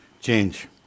change